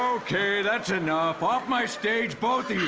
okay, that's enough. off my stage, both